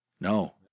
no